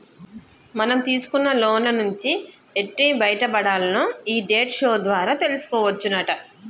మనం తీసుకున్న లోన్ల నుంచి ఎట్టి బయటపడాల్నో ఈ డెట్ షో ద్వారా తెలుసుకోవచ్చునట